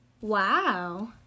Wow